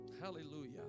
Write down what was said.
Hallelujah